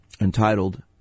entitled